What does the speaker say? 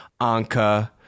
anka